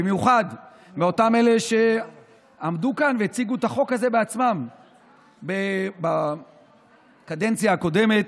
ובמיוחד מאותם אלה שעמדו כאן והציגו את החוק הזה בעצמם בקדנציה הקודמת,